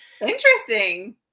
Interesting